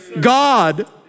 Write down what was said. God